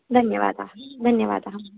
धन्यवादाः धन्यवादाः